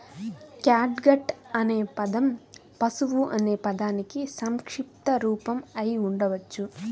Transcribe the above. catgut అనే పదం పశువు అనే పదానికి సంక్షిప్త రూపం అయి ఉండవచ్చు